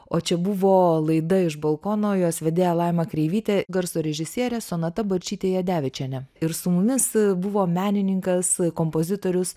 o čia buvo laida iš balkono jos vedėja laima kreivytė garso režisierė sonata balčytė jadevičienė ir su mumis buvo menininkas kompozitorius